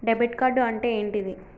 Debit card అంటే ఏంటిది?